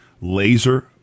laser